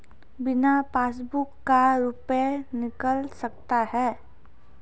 बिना पासबुक का रुपये निकल सकता हैं?